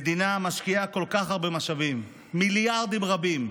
המדינה משקיעה כל כך הרבה משאבים, מיליארדים רבים,